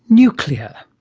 nuclear!